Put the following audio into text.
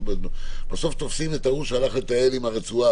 בסוף תופסים את ההוא שהלך לטייל עם הרצועה,